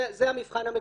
זה המבחן המקובל.